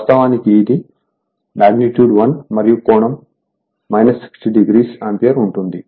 వాస్తవానికి ఇది I0 magnitude 1 మరియు కోణం 600 ఆంపియర్ ఉంటుంది